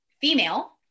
female